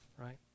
right